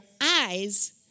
eyes